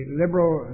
liberal